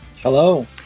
Hello